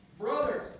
Brothers